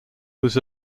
was